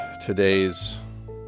today's